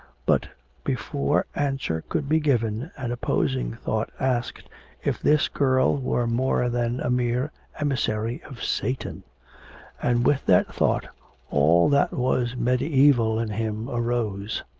but before answer could be given an opposing thought asked if this girl were more than a mere emissary of satan and with that thought all that was mediaeval in him arose.